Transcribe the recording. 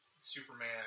Superman